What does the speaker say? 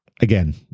Again